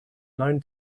known